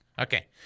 Okay